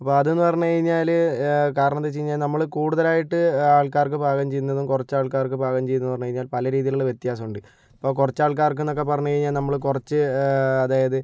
അപ്പോൾ അതെന്ന് പറഞ്ഞു കഴിഞ്ഞാല് കാരണമെന്തെന്നു വെച്ച് കഴിഞ്ഞാൽ നമ്മള് കൂടുതലായിട്ട് ആൾക്കാർക്ക് പാകം ചെയ്യുന്നതും കുറച്ച് ആൾക്കാർക്ക് പാകം ചെയ്യുന്നതും എന്ന് പറഞ്ഞ് കഴിഞ്ഞാൽ പല രീതിയിലുള്ള വ്യത്യാസം ഉണ്ട് ഇപ്പോൾ കുറച്ചാൾക്കാർക്ക് എന്നൊക്കെ പറഞ്ഞു കഴിഞ്ഞാൽ നമ്മള് കുറച്ച് അതായത്